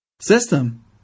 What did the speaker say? system